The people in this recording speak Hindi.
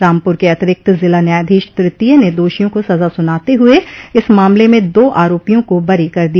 रामपुर के अतिरिक्त जिला न्यायाधीश तृतीय ने दोषियों को सजा सुनाते हुए इस मामले में दो आरोपियों को बरी कर दिया